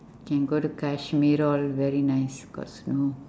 can go to kashmir all very nice got snow